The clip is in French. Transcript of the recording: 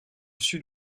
sud